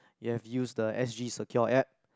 you have used the S_G secure app